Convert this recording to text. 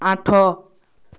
ଆଠ